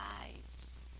lives